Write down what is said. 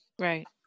Right